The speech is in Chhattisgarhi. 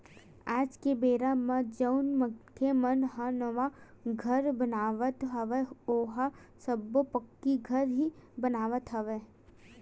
आज के बेरा म जउन मनखे मन ह नवा घर बनावत हवय ओहा सब्बो पक्की घर ही बनावत हवय